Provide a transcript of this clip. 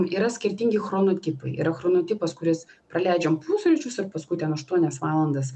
yra skirtingi chronotipai yra chronotipas kuris praleidžiam pusryčius ir paskui ten aštuonias valandas